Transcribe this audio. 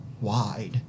wide